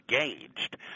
engaged